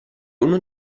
uno